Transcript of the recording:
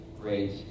great